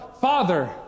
father